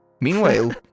Meanwhile